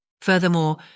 Furthermore